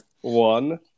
One